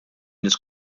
nies